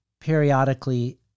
periodically